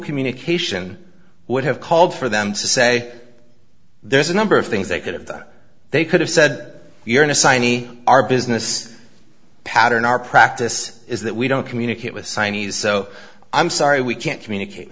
communication would have called for them to say there's a number of things they could have that they could have said you're in assignee our business pattern our practice is that we don't communicate with signings so i'm sorry we can't communicate